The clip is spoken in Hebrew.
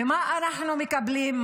ומה אנחנו מקבלים?